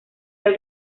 del